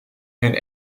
hun